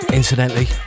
incidentally